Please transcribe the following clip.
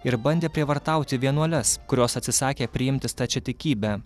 ir bandė prievartauti vienuoles kurios atsisakė priimti stačiatikybę